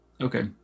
Okay